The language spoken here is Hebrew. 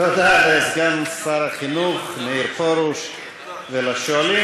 תודה לסגן שר החינוך מאיר פרוש ולשואלים.